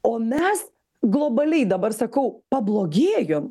o mes globaliai dabar sakau pablogėjom